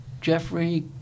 Jeffrey